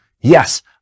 yes